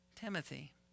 Timothy